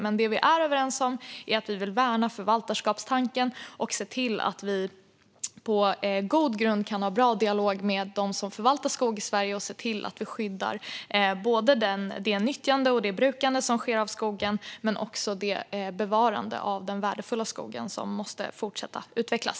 Men det vi är överens om är att vi vill värna förvaltarskapstanken och se till att vi på god grund kan ha bra dialog med dem som förvaltar skog i Sverige och se till att skydda brukandet och nyttjandet av skogen men också bevarandet av den värdefulla skogen som måste fortsätta att utvecklas.